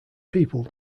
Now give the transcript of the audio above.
people